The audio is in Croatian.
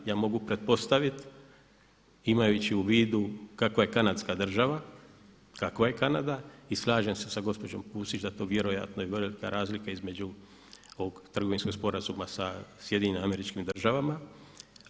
Ja mogu pretpostavit imajući u vidu kakva ja kanadska država, kakva je Kanada i slažem se sa gospođom Pusić da to vjerojatno je velika razlika između ovog trgovinskog sporazuma sa SAD-om.